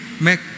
make